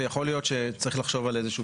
יכול להיות שצריך לחשוב על איזשהו